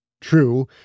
True